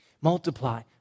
Multiply